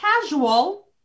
casual